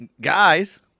guys